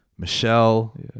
Michelle